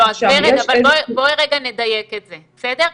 לא, ורד, בואי רגע נדייק את זה, בסדר?